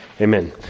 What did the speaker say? Amen